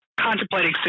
contemplating